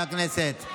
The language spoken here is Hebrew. חברי הכנסת,